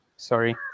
Sorry